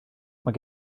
mae